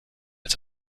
als